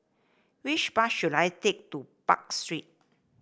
which bus should I take to Park Street